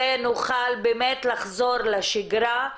ונוכל לחזור לשגרה.